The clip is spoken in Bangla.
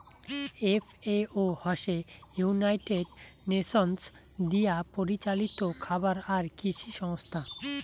এফ.এ.ও হসে ইউনাইটেড নেশনস দিয়াপরিচালিত খাবার আর কৃষি সংস্থা